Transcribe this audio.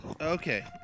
Okay